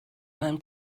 mewn